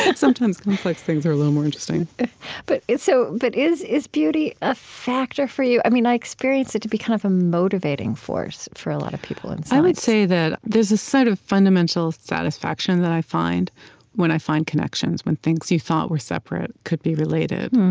sometimes complex things are a little more interesting but so but is is beauty a factor for you? i mean i experience it to be kind of a motivating force for a lot of people in science i would say that there's a sort of fundamental satisfaction that i find when i find connections, when things you thought were separate could be related.